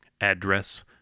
address